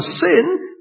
sin